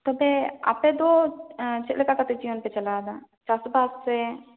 ᱛᱚᱵᱮ ᱟᱯᱮᱫᱚ ᱪᱮᱫ ᱞᱮᱠᱟ ᱠᱟᱛᱮ ᱡᱤᱭᱚᱱ ᱯᱮ ᱪᱟᱞᱟᱣᱮᱫᱟ ᱪᱟᱥᱵᱟᱥ ᱥᱮ